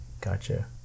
Gotcha